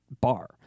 bar